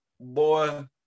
boy